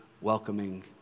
welcoming